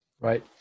Right